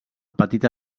petita